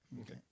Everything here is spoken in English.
Okay